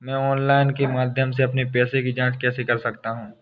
मैं ऑनलाइन के माध्यम से अपने पैसे की जाँच कैसे कर सकता हूँ?